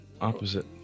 opposite